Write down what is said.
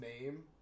name